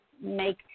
make